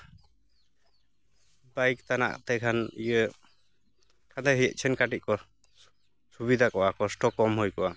bike ᱛᱟᱱᱟᱜ ᱛᱮᱠᱷᱟᱱ ᱤᱭᱟᱹ ᱠᱟᱛᱷᱟᱡ ᱦᱮ ᱥᱮᱱ ᱠᱟᱹᱴᱤᱡ ᱥᱩᱵᱤᱫᱷᱟ ᱠᱚᱜᱼᱟ ᱠᱚᱥᱴᱚ ᱠᱚᱢ ᱦᱩᱭ ᱠᱚᱜᱼᱟ